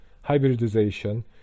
hybridization